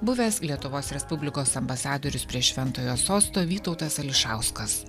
buvęs lietuvos respublikos ambasadorius prie šventojo sosto vytautas ališauskas